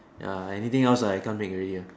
ya anything else I can't make already ah